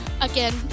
again